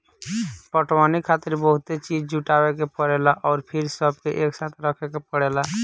पटवनी खातिर बहुते चीज़ जुटावे के परेला अउर फिर सबके एकसाथे रखे के पड़ेला